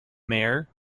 mayor